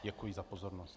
Děkuji za pozornost.